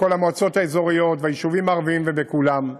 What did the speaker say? וכל המועצות האזוריות, וביישובים הערביים ובכולם.